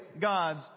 god's